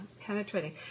penetrating